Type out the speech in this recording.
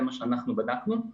זה מה שאנחנו בדקנו.